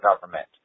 government